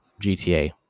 GTA